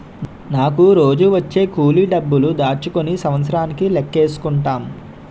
నాకు రోజూ వచ్చే కూలి డబ్బులు దాచుకుని సంవత్సరానికి లెక్కేసుకుంటాం